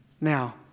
now